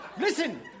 Listen